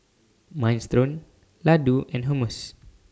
Minestrone Ladoo and Hummus